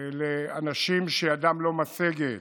לאנשים שידם לא משגת